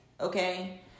Okay